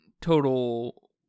total